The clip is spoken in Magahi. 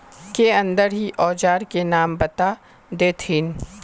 के अंदर ही औजार के नाम बता देतहिन?